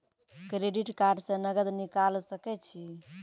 Credit card से नगद निकाल सके छी?